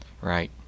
Right